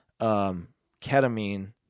Ketamine